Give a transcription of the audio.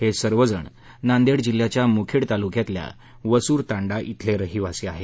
हे सर्वजण नांदेड जिल्ह्याच्या मुखेड तालुक्यातल्या वसूर तांडा इथले रहिवासी आहेत